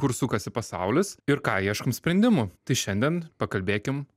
kur sukasi pasaulis ir ką ieškom sprendimų tai šiandien pakalbėkim